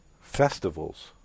festivals